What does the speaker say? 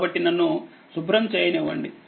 కాబట్టి నన్ను శుభ్రం చేయనివ్వండి